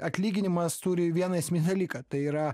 atlyginimas turi vieną esminį dalyką tai yra